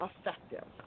effective